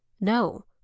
No